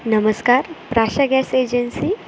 नमस्कार Prasha gas agency